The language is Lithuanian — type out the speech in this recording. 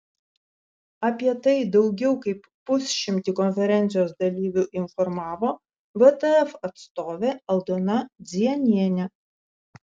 apie tai daugiau kaip pusšimtį konferencijos dalyvių informavo vtf atstovė aldona dzienienė